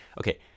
okay